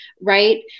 Right